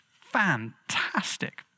Fantastic